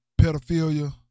pedophilia